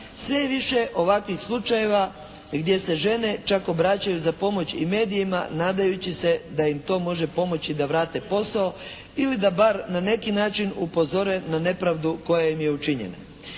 je više ovakvih slučajeva gdje se žene čak obraćaju za pomoć i medijima nadajući se da im to može pomoći da vrate posao ili da bar na neki način upozore na nepravdu koja im je učinjena.